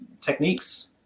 techniques